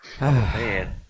Man